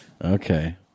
Okay